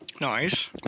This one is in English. Nice